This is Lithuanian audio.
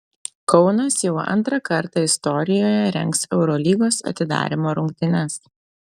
kaunas jau antrą kartą istorijoje rengs eurolygos atidarymo rungtynes